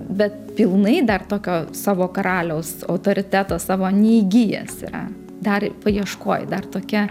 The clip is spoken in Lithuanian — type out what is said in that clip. bet pilnai dar tokio savo karaliaus autoriteto savo neįgijęs yra dar paieškoj dar tokia